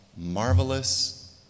Marvelous